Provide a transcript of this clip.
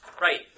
Right